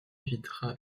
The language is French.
évitera